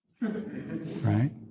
right